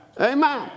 Amen